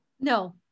No